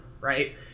right